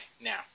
now